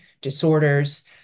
disorders